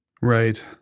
Right